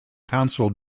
council